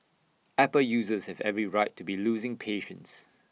Apple users have every right to be losing patience